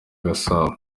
gasabo